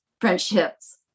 friendships